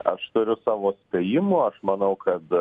aš turiu savo spėjimų aš manau kad